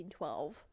1912